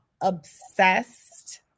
obsessed